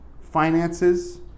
finances